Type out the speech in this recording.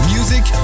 Music